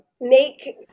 make